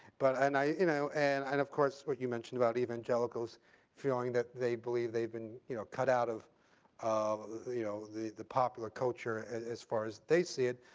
but and, you know and and of course, what you mentioned about evangelicals feeling that they believe they've been you know cut out of of you know the the popular culture as far as they see it.